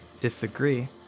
disagree